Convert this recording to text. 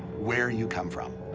where you come from.